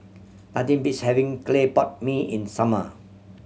nothing beats having clay pot mee in summer